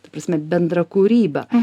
ta prasme bendra kūryba